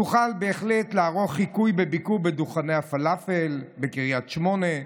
תוכל בהחלט לערוך חיקוי בביקור בדוכני הפלאפל בקריית שמונה,